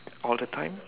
all the time